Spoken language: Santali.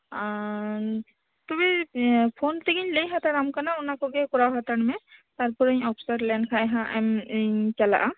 ᱟᱨᱻ ᱛᱚᱵᱮ ᱯᱷᱳᱱ ᱛᱮᱜᱮᱧ ᱞᱟᱹᱭ ᱦᱟᱛᱟᱲᱟᱢ ᱠᱟᱱᱟ ᱚᱱᱟ ᱠᱚᱜᱮ ᱠᱚᱨᱟᱣ ᱦᱟᱛᱟᱲ ᱢᱮ ᱛᱟᱨᱯᱚᱨᱮᱧ ᱚᱯᱥᱚᱨ ᱞᱮᱱ ᱠᱷᱟᱱ ᱦᱟᱸᱜ ᱮᱢ ᱤᱧ ᱪᱟᱞᱟᱜᱼᱟ